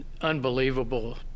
unbelievable